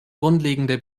grundlegende